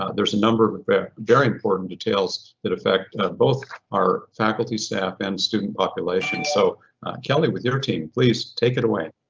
ah there's a number of very very important details that affect both our faculty, staff and student population. so kelly with your team, please take it away.